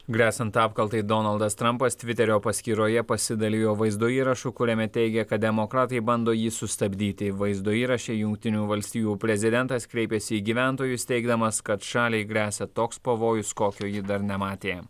gresiant apkaltai donaldas trampas tviterio paskyroje pasidalijo vaizdo įrašu kuriame teigia kad demokratai bando jį sustabdyti vaizdo įraše jungtinių valstijų prezidentas kreipėsi į gyventojus teigdamas kad šaliai gresia toks pavojus kokio ji dar nematė